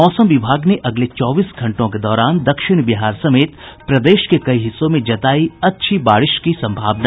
मौसम विभाग ने अगले चौबीस घंटों के दौरान दक्षिण बिहार समेत प्रदेश के कई हिस्सों में जतायी अच्छी बारिश की संभावना